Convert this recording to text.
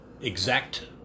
exact